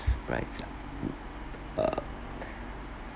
surprise lah uh